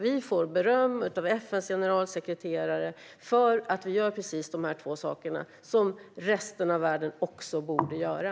Vi får beröm av FN:s generalsekreterare för att vi gör precis dessa båda saker, vilka resten av världen också borde göra.